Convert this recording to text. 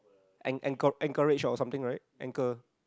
and and anchorage or something right ankle